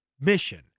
mission